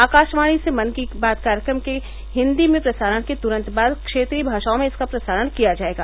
आकाशवाणी से मन की बात कार्यक्रम के हिन्दी में प्रसारण के तुरन्त बाद क्षेत्रीय भाषाओं में इसका प्रसारण किया जायेगा